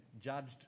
judged